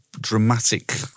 dramatic